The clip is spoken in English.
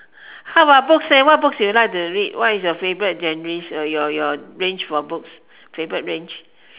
how about books leh what books you like to read what is your favourite genre or your your range of books favourite range